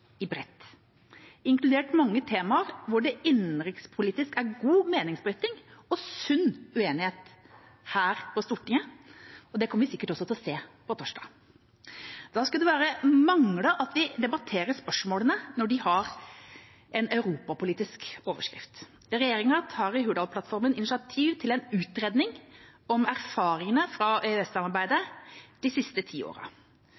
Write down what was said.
bredt – inkludert mange temaer hvor det innenrikspolitisk er god meningsbryting og sunn uenighet her på Stortinget. Det kommer vi sikkert til å se på torsdag. Da skulle det bare mangle at vi debatterer spørsmålene når de har europapolitisk overskrift. Regjeringa tar i Hurdalsplattformen initiativ til en utredning om erfaringene fra EØS-samarbeidet de siste ti